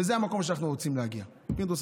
וזה המקום שאנחנו רוצים להגיע אליו.